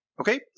Okay